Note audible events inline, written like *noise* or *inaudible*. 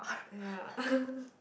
ya *noise*